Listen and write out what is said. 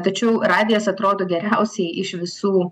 tačiau radijas atrodo geriausiai iš visų